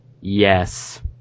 yes